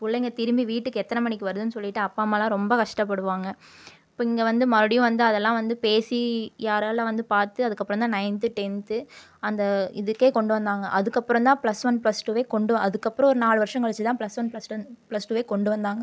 பிள்ளைங்க திரும்பி வீட்டுக்கு எத்தனை மணிக்கு வருதுன்னு சொல்லிட்டு அப்பா அம்மாலாம் ரொம்ப கஷ்டப்படுவாங்க இப்போ இங்கே வந்து மறுபடியும் வந்து அதெல்லாம் வந்து பேசி யாராலம் வந்து பார்த்து அதுக்கப்புறம் தான் நையன்த்து டென்த்து அந்த இதுக்கு கொண்டு வந்தாங்க அதுக்கப்புறம் தான் ப்ளஸ் ஒன் ப்ளஸ் டூவே கொண்டு அதுக்கப்புறம் ஒரு நாலு வருடம் கழித்து தான் plus one plus two plus டூவே கொண்டு வந்தாங்க